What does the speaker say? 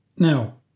Now